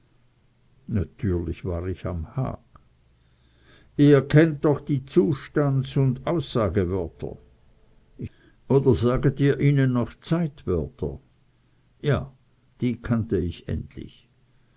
natürlich war ich am hag ihr kennt doch die zustands oder aussagewörter ich wußte wieder nichts oder saget ihr ihnen noch zeitwörter ja die kannte ich endlich